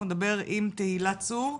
נדבר עם תהילה צור,